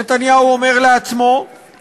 נתניהו אומר לעצמו,